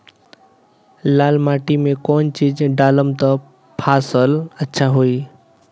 लाल माटी मे कौन चिज ढालाम त फासल अच्छा होई?